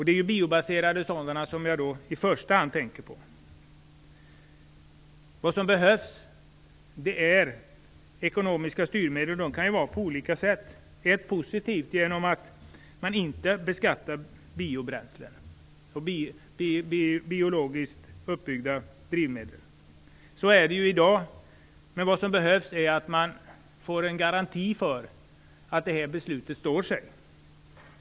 Det är biobaserade drivmedel som jag i första hand tänker på. Vad som behövs är ekonomiska styrmedel, och de kan vara på olika sätt. Det är positivt att man inte beskattar biobränslen och biologiskt uppbyggda drivmedel. Så är det i dag, men vad som behövs är en garanti för att detta beslut står sig.